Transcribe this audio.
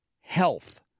health